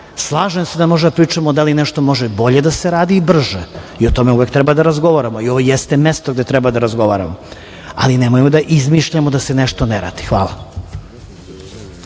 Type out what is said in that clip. radi. Slažem se da možemo da pričamo da nešto može bolje da se radi i brž,e i o tome uvek treba da razgovaramo. Ovo i jeste mesto gde treba da razgovaramo, ali nemoj da izmišljamo da se nešto ne radi. Hvala.